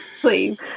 Please